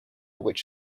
which